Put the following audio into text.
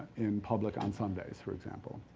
in public on sundays, for example.